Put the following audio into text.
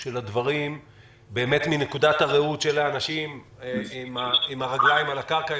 של הדברים מנקודת הראות של האנשים עם הרגליים על הקרקע,